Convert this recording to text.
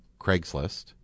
Craigslist